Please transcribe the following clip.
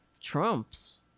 Trumps